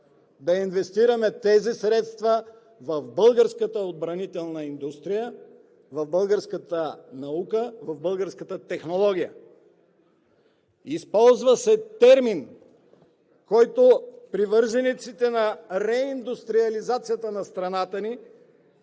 да инвестираме тези средства в българската отбранителна индустрия, в българската наука, в българската технология. Използва се термин и привържениците на реиндустриализацията на страната ни